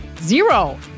Zero